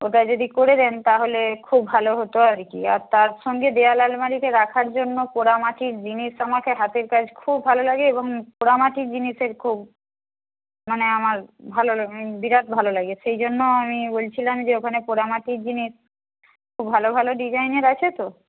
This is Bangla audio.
ওটা যদি করে দেন তাহলে খুব ভালো হতো আর কি আর তার সঙ্গে দেওয়াল আলমারিতে রাখার জন্য পোড়ামাটির জিনিস আমাকে হাতের কাজ খুব ভালো লাগে এবং পোড়ামাটির জিনিসের খুব মানে আমার ভালো বিরাট ভালো লাগে সেই জন্য আমি বলছিলাম যে ওখানে পোড়ামাটির জিনিস খুব ভালো ভালো ডিজাইনের আছে তো